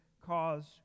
cause